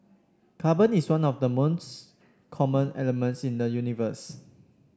carbon is one of the common elements in the universe